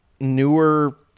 newer